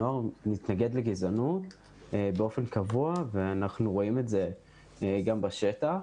הנוער מתנגד לגזענות באופן קבוע ואנחנו רואים את זה גם בשטח,